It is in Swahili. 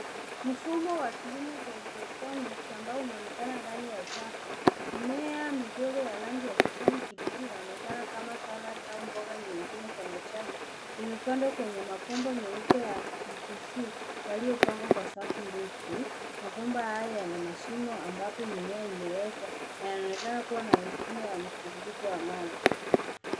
Mfumo wa kilimo cha hydroponic , ambao unaonekana ndani ya chafu, mimea midogo ya rangi ya kijani kibichi inaonekana kama salad au mboga nyingine za majani, imepandwa kwenye mabomba meupe ya PVC yaliyopangwa kwa safu ndefu, mabomba haya yana mashimo ambapo mimea imewekwa na yaonekana kuwa na mifumo ya mtiririko wa maji.